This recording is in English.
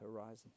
horizon